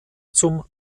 zum